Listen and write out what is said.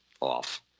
off